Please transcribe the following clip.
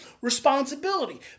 responsibility